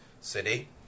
city